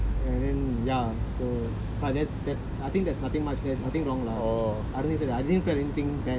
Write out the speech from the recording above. and then ya so but there's there's I think there's nothing much nothing wrong lah I didn't I didn't say I didn't felt anything bad